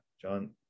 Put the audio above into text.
John